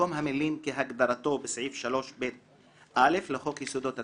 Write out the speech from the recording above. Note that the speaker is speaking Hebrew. במקום המילים "כהגדרתו בסעיף 3ב(א) לחוק יסודות התקציב"